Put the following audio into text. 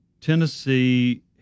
Tennessee